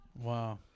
Wow